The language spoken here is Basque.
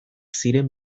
ziren